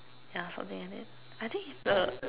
yeah something like that I think the